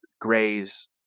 Gray's